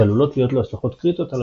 שעלולות להיות לו השלכות קריטיות על